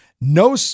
No